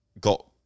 got